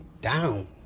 down